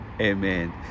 Amen